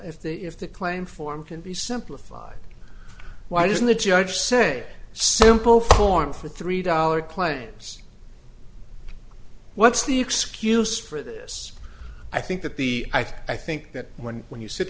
if the if the claim form can be simplified why isn't the judge say simple form for three dollars claims what's the excuse for this i think that the i think that when when you sit